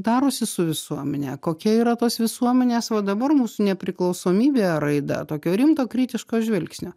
darosi su visuomene kokia yra tos visuomenės va dabar mūsų nepriklausomybė raida tokio rimto kritiško žvilgsnio